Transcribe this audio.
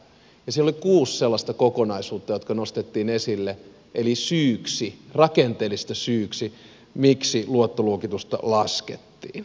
siellä oli kuusi sellaista kokonaisuutta jotka nostettiin esille eli rakenteelliseksi syyksi miksi luottoluokitusta laskettiin